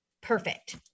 perfect